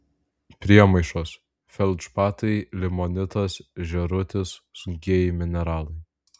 priemaišos feldšpatai limonitas žėrutis sunkieji mineralai